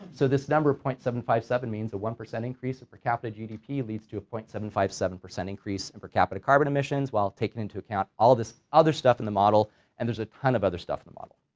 so this number point seven five seven means that one percent increase of per capita gdp lead to a point seven five seven percent increase in per capita carbon emissions while taking into account all this other stuff in the model and there's a ton of other stuff in the model.